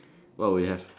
what will you have